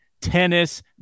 tennis